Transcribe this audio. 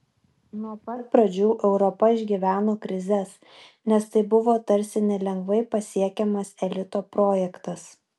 nuo pat pradžių europa išgyveno krizes nes tai buvo tarsi nelengvai pasiekiamas elito projektas